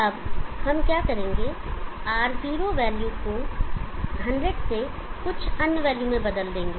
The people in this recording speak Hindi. अब हम क्या करेंगे R0 वैल्यू को 100 से कुछ अन्य वैल्यू में बदल देंगे